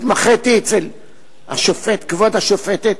התמחיתי אצל כבוד השופטת